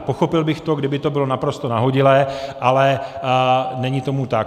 Pochopil bych to, kdyby to bylo naprosto nahodilé, ale není tomu tak.